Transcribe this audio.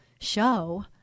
show